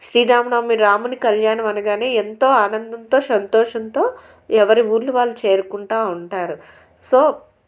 శ్రీరామనవమి రాముని కల్యాణం అనగానే ఎంతో ఆనందంతో సంతోషంతో ఎవరి ఊర్లు వాళ్ళు చేరుకుంటూ ఉంటారు సో